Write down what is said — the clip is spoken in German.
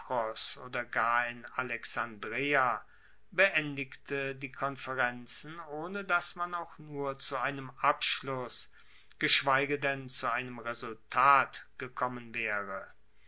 oder gar in alexandreia beendigte die konferenzen ohne dass man auch nur zu einem abschluss geschweige denn zu einem resultat gekommen waere